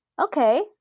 Okay